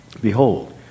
behold